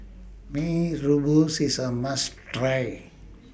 Mee Rebus IS A must Try